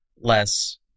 less